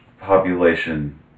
population